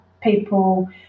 people